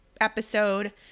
episode